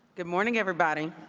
good morning, everybody.